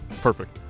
Perfect